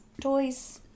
toys